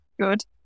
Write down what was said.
Good